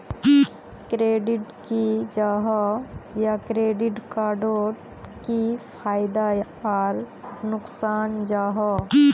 Credit की जाहा या क्रेडिट कार्ड डोट की फायदा आर नुकसान जाहा?